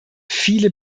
viele